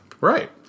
Right